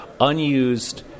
unused